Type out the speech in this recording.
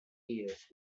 years